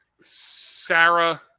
Sarah